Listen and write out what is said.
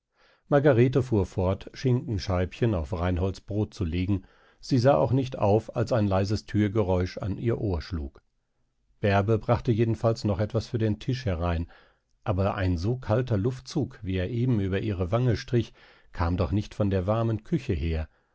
margarete fuhr fort schinkenscheibchen auf reinholds brot zu legen sie sah auch nicht auf als ein leises thürgeräusch an ihr ohr schlug bärbe brachte jedenfalls noch etwas für den tisch herein aber ein so kalter luftzug wie er eben über ihre wange strich kam doch nicht von der warmen küche her